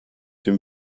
dem